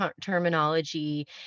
terminology